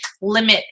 limit